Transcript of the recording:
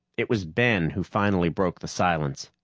it was ben who finally broke the silence.